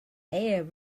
air